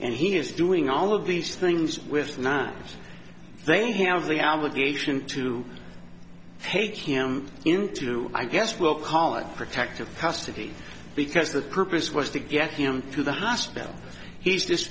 and he is doing all of these things with not they have the obligation to take him into i guess we'll call it protective custody because the purpose was to get him to the hospital he's